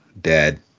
Dad